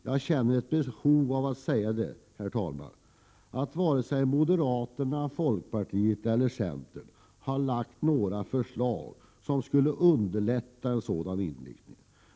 Jag känner ett behov av att säga det, herr talman, därför att varken moderaterna, folkpartiet eller centern har lagt fram några förslag som skulle underlätta en sådan inriktning.